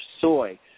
soy